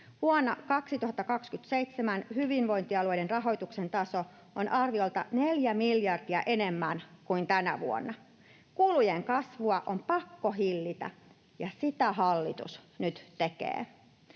Vuonna 2027 hyvinvointialueiden rahoituksen taso on arviolta neljä miljardia enemmän kuin tänä vuonna. Kulujen kasvua on pakko hillitä, ja sitä hallitus nyt tekee.